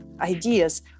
ideas